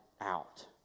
out